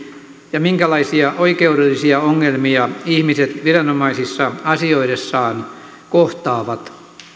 ja minkälaisia oikeudellisia ongelmia ihmiset viranomaisissa asioidessaan kohtaavat